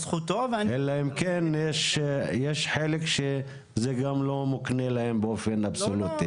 אלא אם כן יש חלק שזה גם לא מוקנה להם באופן אבסולוטי.